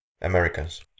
Americans